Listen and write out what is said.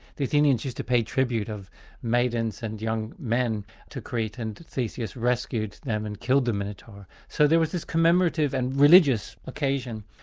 the athenians used to pay tribute of maidens and young men to crete, and theseus rescued them and killed the minotaur, so there was this commemorative and religious occasion.